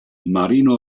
marino